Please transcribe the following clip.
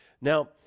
now